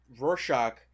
Rorschach